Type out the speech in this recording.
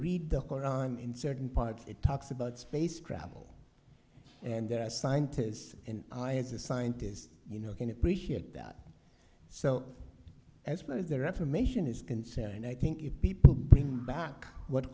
read the koran in certain parts it talks about space travel and there are scientists and i as a scientist you know can appreciate that so as part of the reformation is concerned i think if people bring back what